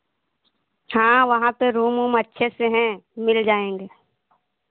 हाँ वहाँ पे रूम ऊम अच्छे से हैं मिल जाएँगे